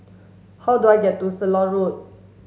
how do I get to Ceylon Road